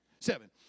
Seven